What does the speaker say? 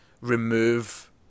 remove